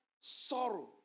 sorrow